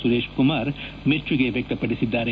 ಸುರೇಶ್ ಕುಮಾರ್ ಮೆಬ್ಜುಗೆ ವ್ಯಕ್ತಪಡಿಸಿದ್ದಾರೆ